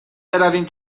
برویم